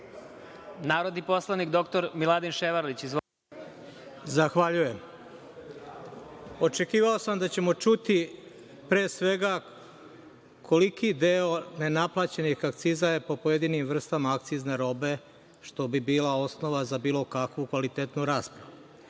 narodni poslanik dr Miladin Ševarlić. Izvolite. **Miladin Ševarlić** Zahvaljujem. Očekivao sam da ćemo čuti pre svega koliki deo nenaplaćenih akciza je po pojedinim vrstama akcizne robe, što bi bila osnova za bilo kakvu kvalitetnu raspravu.